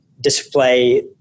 display